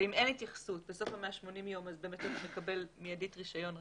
ואם אין התייחסות בתום 180 ימים באמת הוא מקבל מיידית רישיון רגיל.